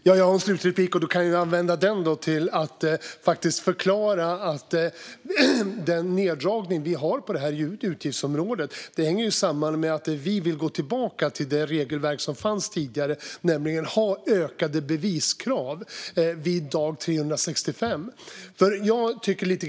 Fru talman! Då kan jag använda min slutreplik till att förklara att den neddragning vi har gjort på utgiftsområdet hänger samman med att vi vill gå tillbaka till det regelverk som fanns tidigare, nämligen att ha ökade beviskrav vid dag 365.